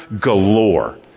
galore